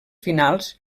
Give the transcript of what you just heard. finals